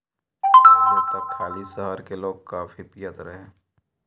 पहिले त खाली शहर के लोगे काफी पियत रहे